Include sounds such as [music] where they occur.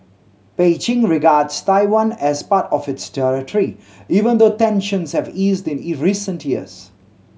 Beijing regards Taiwan as part of its territory even though tensions have eased in [unintelligible] recent years